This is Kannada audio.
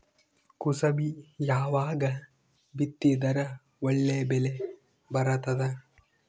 ಕುಸಬಿ ಯಾವಾಗ ಬಿತ್ತಿದರ ಒಳ್ಳೆ ಬೆಲೆ ಬರತದ?